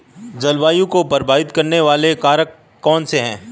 जलवायु को प्रभावित करने वाले कारक कौनसे हैं?